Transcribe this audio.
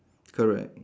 correct